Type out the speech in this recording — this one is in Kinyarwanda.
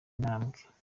intambwe